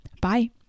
Bye